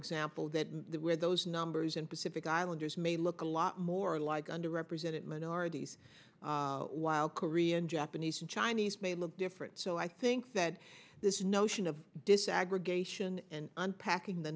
example that the where those numbers and pacific islanders may look a lot more like under represented minorities while korean japanese and chinese may look different so i think that this notion of desegregation and unpacking the